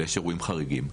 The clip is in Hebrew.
אלא יש אירועים חריגים,